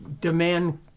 demand